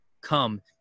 come